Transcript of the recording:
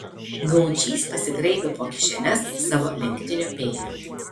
gaučys pasigraibė po kišenes savo lenktinio peilio